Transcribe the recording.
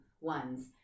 ones